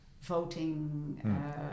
voting